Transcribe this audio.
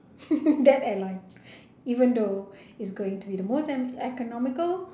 that airline even though it's going to be the most e~ economical